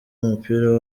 umupira